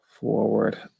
forward